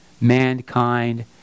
Mankind